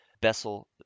Bessel